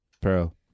Pearl